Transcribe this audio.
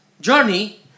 journey